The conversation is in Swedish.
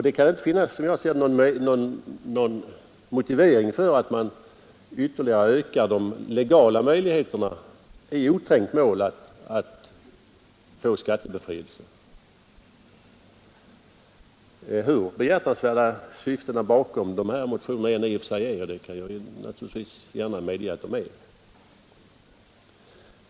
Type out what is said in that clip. Det kan inte finnas någon motivering för att man i oträngt mål ytterligare ökar de legala möjligheterna att få skattebefrielse, hur behjärtansvärda syftena bakom motionerna än är — och det vill jag gärna medge att de är.